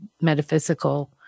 metaphysical